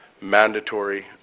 mandatory